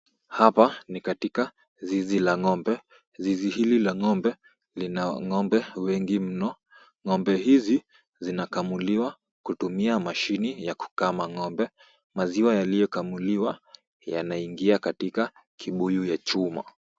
Hapa ni katika zizi la ng'ombe. Zizi hili la ng'ombe lina ng'ombe wengi mno. Ng'ombe hizi zinakamuliwa kutumia mashini ya kukama ng'ombe. Maziwa yaliyokamuliwa yanaingia katika kibuyu ya chuma.